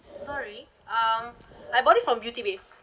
sorry um I bought it from beauty bay